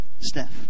Steph